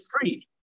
free